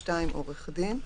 (2) עורך דין,